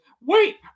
wait